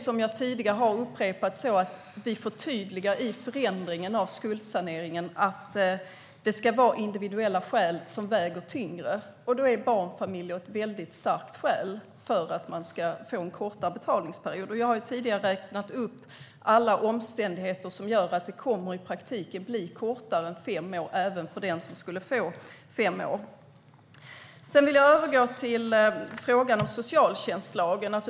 Som jag tidigare har upprepat förtydligar vi i förändringen av skuldsaneringen att det ska vara individuella skäl som väger tyngre, och då är barnfamilj ett starkt skäl för att man ska få en kortare betalningsperiod. Jag har tidigare räknat upp alla omständigheter som gör att det i praktiken kommer att bli kortare än fem år, även för den som skulle få fem år. Jag vill övergå till frågan om socialtjänstlagen.